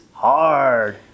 hard